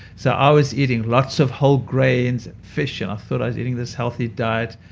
so i was eating lots of whole grains and fish, and i thought i was eating this healthy diet,